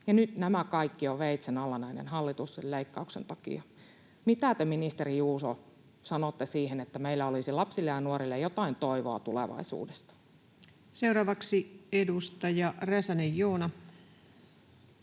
nyt tämä kaikki on veitsen alla näiden hallituksen leikkausten takia. Mitä te, ministeri Juuso, sanotte siihen, että meillä olisi lapsille ja nuorille jotain toivoa tulevaisuudesta? [Speech 381] Speaker: